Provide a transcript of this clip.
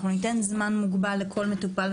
ניתן זמן מוגבל לכל מטופל,